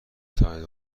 توانید